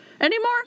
anymore